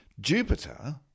Jupiter